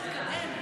תתקדם.